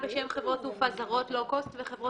זוכרת שתיקנו את חוק שרותי תעופה וקבענו שכל חברה